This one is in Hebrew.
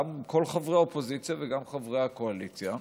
גם על חברי האופוזיציה וגם על חברי הקואליציה,